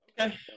Okay